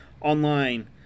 online